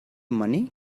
money